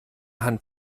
hand